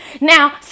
Now